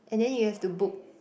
and then you have to book